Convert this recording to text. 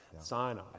Sinai